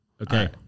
Okay